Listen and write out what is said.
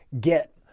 get